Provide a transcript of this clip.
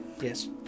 Yes